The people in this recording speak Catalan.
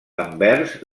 envers